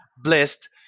blessed